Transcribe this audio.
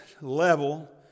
level